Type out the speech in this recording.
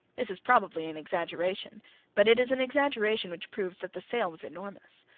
this is probably an exaggeration but it is an exaggeration which proves that the sale was enormous.